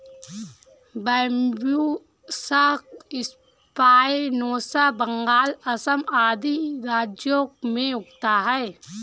Bambusa spinosa Bengal, Assam आदि राज्यों में उगता है